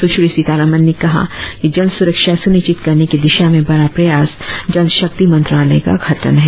सुश्री सीतारमन ने कहा कि जल सुरक्षा सुनिश्चित करने के दिशा में बड़ा प्रयास जल शक्ति मंत्रालय का गठन है